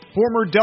former